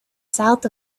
south